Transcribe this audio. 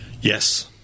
Yes